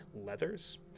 leathers